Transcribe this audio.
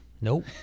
Nope